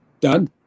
done